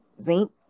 zinc